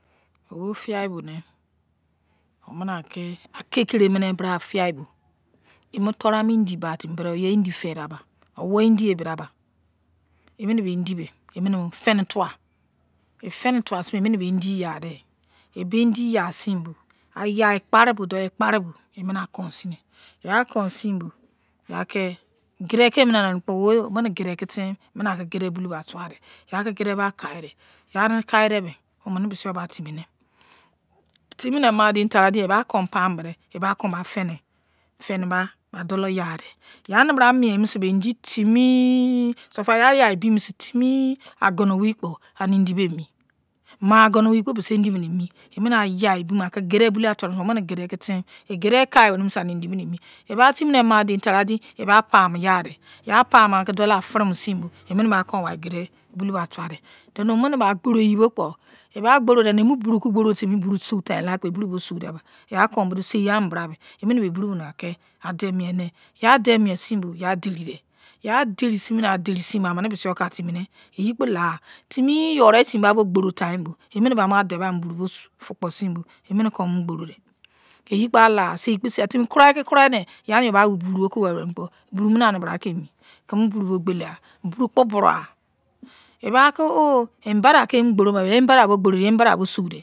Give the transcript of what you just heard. Wo fiyai bo omini aki akekremini bra bo brame yei indi bai timi bodoo bra, yei indi feideiba owa indie bida ba emine bei indi femi tuwa feini tuwa sein bo bei indi emine mo ya dei ebei indi yai seinbo bai ekpari bo emine akousine ya konsinbo ya kon aki kede ba kaidei ani ladeebe amine misiyome timi ne timine moderi taru-edein eba apamu dei kon aki ba feini mai dolou yai dei yai ani bra mieminisei bei indi timi ya ayai ebiminime sei ma-agoni wei kpo ani indi me emi emini aya ebimo kon aki akede bulu mai tuwa sina bar omini kede ki timine kede eniu mo kaiweri misei emi eba timine madein tara-dein pamu yai dei yai pamu aki dolon afirmu seibo emiba wai ke bai akede bei bulu mai atuwa tei. Omina ba gboru yi mu kpo ebo dideni buru ki suo kpo buru bo seigho mini bra mei emini adein miene, ya adein miesinbo ya deride ya deritime ne aderisinbo amini misi-yokatimine yi gbo lau timi yoro timi bai gboru time laubo emini ba adein ba mu bara fikpo seinbo emi kon akunu gboru dei yei kpo alaiv timi kurai tu kurai bura bo ki weri wei me kpo buru bo anibra kemi kemi burn gho kpelegha, burou gi kpo burou agha eba nibade ki emo gbmo kpo ye embade bo suodei